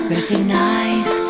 Recognize